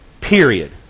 Period